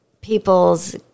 people's